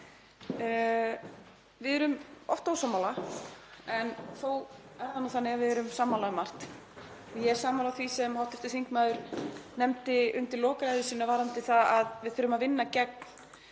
Við erum oft ósammála en þó er það nú þannig að við erum sammála um margt og ég er sammála því sem hv. þingmaður nefndi undir lok ræðu sinnar varðandi það að við þurfum að vinna gegn